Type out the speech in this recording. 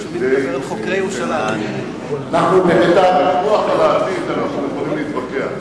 הוויכוח על העתיד אנחנו יכולים להתווכח,